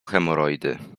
hemoroidy